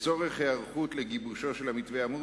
לצורך היערכות לגיבושו של המתווה האמור,